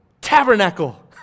tabernacle